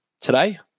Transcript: today